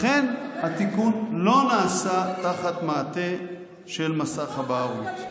לכן התיקון לא נעשה תחת מעטה של מסך הבערות.